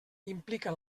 implica